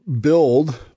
build